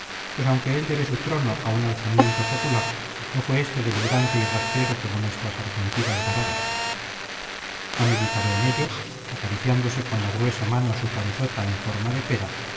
pues aunque él debe su trono a un alzamiento popular no fue éste denigrante y rastrero como nuestra sargentil algarada ha meditado en ello acariciándose con la gruesa mano su cabezota en forma de pera